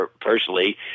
personally